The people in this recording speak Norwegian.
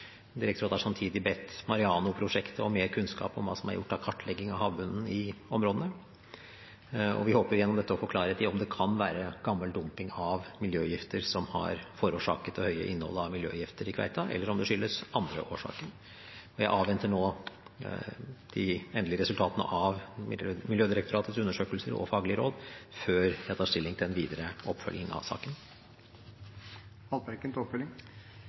har samtidig bedt MAREANO-prosjektet om mer kunnskap om hva som er gjort av kartlegging av havbunnen i områdene. Vi håper gjennom dette å få klarhet i om det kan være gammel dumping av miljøgifter som har forårsaket det høye innholdet av miljøgifter i kveita, eller om det har andre årsaker. Jeg avventer nå de endelige resultatene av Miljødirektoratets undersøkelser og faglige råd, før jeg tar stilling til en videre oppfølging av saken. Jeg takker for svaret og ser fram til